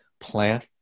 Plant